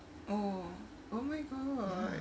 oh oh my god